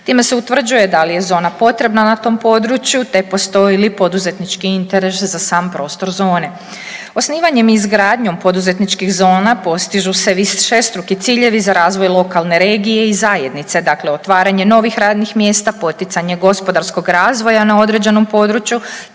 Time se utvrđuje da li je zona potrebna na tom području te postoji li poduzetnički interes za sam prostor zone. Osnivanjem i izgradnjom poduzetničkih zona postižu se višestruki ciljevi za razvoj lokalne regije i zajednice. Dakle, otvaranje novih radnih mjesta, poticanje gospodarskog razvoja na određenom području